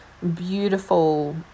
beautiful